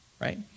right